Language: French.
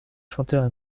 chanteurs